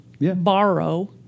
borrow